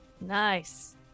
nice